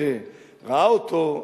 שראה אותו,